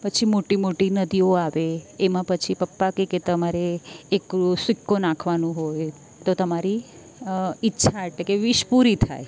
પછી મોટી મોટી નદીઓ આવે એમાં પછી પપ્પા કહે કે તમારે એક સિક્કો નાખવાનો હોય તો તમારી ઈચ્છા એટલે કે વિશ પૂરી થાય